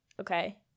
okay